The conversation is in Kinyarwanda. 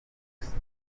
ngeso